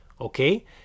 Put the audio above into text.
okay